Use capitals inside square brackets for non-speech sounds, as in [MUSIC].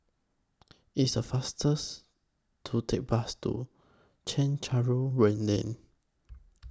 It's A faster [NOISE] to Take Bus to Chencharu Rain Lane